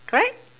correct